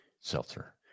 seltzer